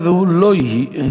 אם הוא לא יהיה,